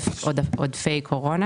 המרכב"ה נסגרת,